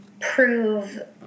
prove